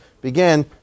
began